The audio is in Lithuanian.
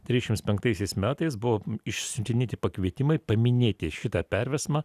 trisdešimts penktaisiais metais buvo išsiuntinėti pakvietimai paminėti šitą perversmą